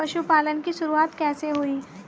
पशुपालन की शुरुआत कैसे हुई?